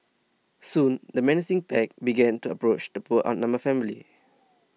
soon the menacing pack began to approach the poor outnumbered family